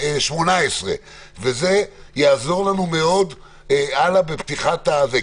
18. זה יעזור לנו מאוד בפתיחת הסגר ובפתיחת מערך החינוך.